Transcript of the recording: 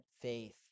faith